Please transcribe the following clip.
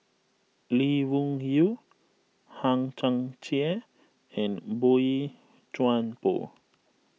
Lee Wung Yew Hang Chang Chieh and Boey Chuan Poh